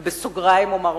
ובסוגריים אומר,